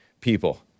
people